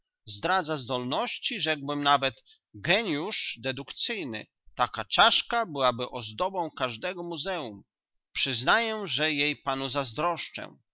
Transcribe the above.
zdradza zdolności rzekłbym nawet geniusz dedukcyjny taka czaszka byłaby ozdobą każdego muzeum przyznaję że jej panu zazdroszczę